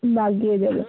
লাগিয়ে দেবো